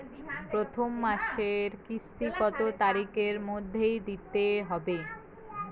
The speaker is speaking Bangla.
প্রথম মাসের কিস্তি কত তারিখের মধ্যেই দিতে হবে?